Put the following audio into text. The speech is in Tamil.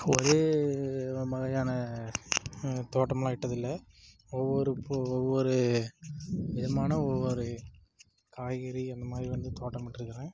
ஒரே முறையான தோட்டமுலான் இட்டது இல்லை ஒவ்வொரு போ ஒவ்வொரு விதமான ஒவ்வொரு காய்கறி அந்தமாதிரி வந்து தோட்டமிட்டுயிருக்குறன்